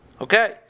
Okay